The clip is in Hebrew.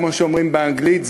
כמו שאומרים באנגלית,